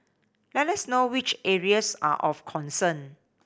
let us know which areas are of concern